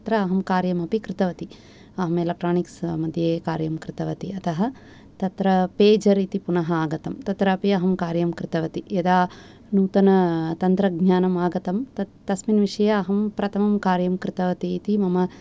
तत्र अहं कार्यमपि कृतवती अहं एलक्ट्रोनिक्स् मध्ये कार्यं कृतवती अत तत्र पेजर् इति आगतं पुन तत्रापि अहं कार्यं कृतवती यदा नूतन तन्त्रज्ञानम् आगतं तस्मिन् विषये अहं प्रथमं कार्यं कृतवतीति मम